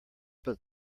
but